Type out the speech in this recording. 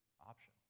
option